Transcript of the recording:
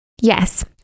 Yes